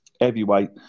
heavyweight